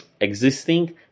existing